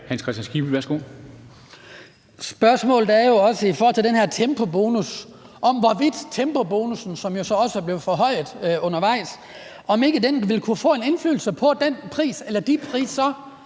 Hans Kristian Skibby (DF): Spørgsmålet er jo også, hvorvidt den her tempobonus, som så også er blevet forhøjet undervejs, ikke vil kunne få en indflydelse på den pris eller de priser,